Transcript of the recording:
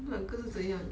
那两个又是怎样